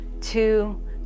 two